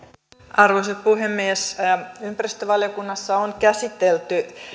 arvoisa puhemies ympäristövaliokunnassa on käsitelty